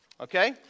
okay